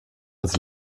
als